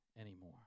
anymore